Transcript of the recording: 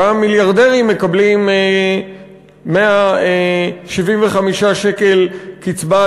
גם מיליארדרים מקבלים 175 שקלים קצבת